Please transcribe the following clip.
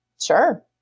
sure